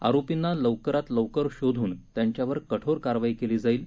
आरोपींना लवकरात लवकर शोधून त्यांच्यावर कठोर कारवाई केली जाईल